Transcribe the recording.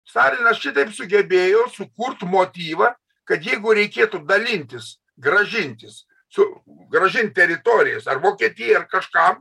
stalinas čia taip sugebėjo sukurt motyvą kad jeigu reikėtų dalintis grąžintis su grąžint teritorijas ar vokietijai ar kažkam